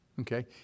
Okay